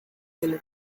dinner